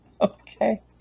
Okay